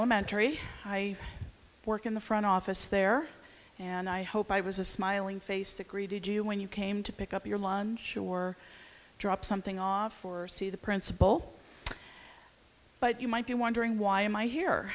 elementary i work in the front office there and i hope i was a smiling face that greeted you when you came to pick up your lunch or drop something off or see the principal but you might be wondering why am i here